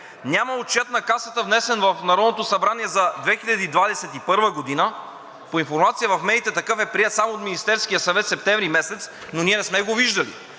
Няма Отчета на Касата, внесен в Народното събрание за 2021 г . По информация в медиите такъв е приет само от Министерския съвет през месец септември, но ние не сме го виждали.